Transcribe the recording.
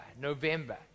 November